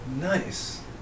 Nice